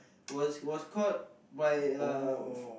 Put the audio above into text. was was caught by uh f~